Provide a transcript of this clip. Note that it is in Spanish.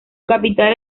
capital